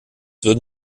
würden